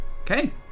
Okay